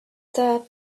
that